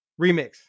remix